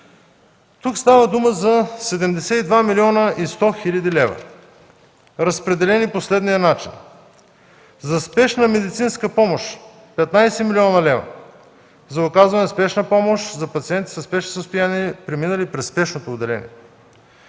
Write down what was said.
Тук става дума за 72 млн. 100 хил. лв., разпределени по следния начин: за спешна медицинска помощ – 15 млн. лв.; за оказване на спешна помощ за пациенти в спешно състояние, преминали през спешното отделение;